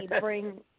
bring